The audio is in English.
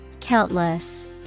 Countless